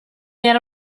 era